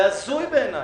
זה הזוי בעיני.